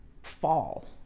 fall